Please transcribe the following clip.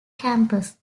campus